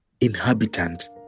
inhabitant